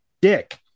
dick